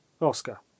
Oscar